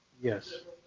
yes,